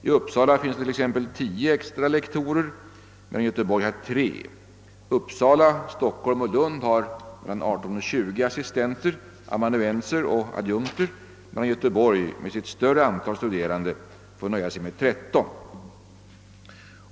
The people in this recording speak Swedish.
I Uppsala finns t.ex. 10 extra lektorer, medan Göteborg har 3. Uppsala, Stockholm och Lund har 18— 20 assistenter, amanuenser och adjunkter, medan Göteborg med sitt större antal studerande får nöja sig med 13.